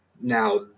now